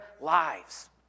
lives